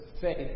faith